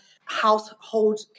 household